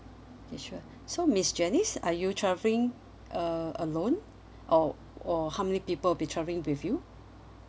okay sure so miss janice are you travelling uh alone or or how many people will be travelling with you